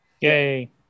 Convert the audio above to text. Yay